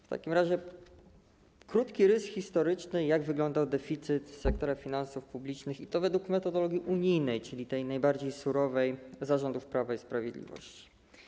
W takim razie krótki rys historyczny, jak wyglądał deficyt sektora finansów publicznych, i to według metodologii unijnej, czyli tej najbardziej surowej, za rządów Prawa i Sprawiedliwości.